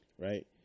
right